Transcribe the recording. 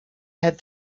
had